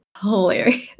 hilarious